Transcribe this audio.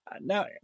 now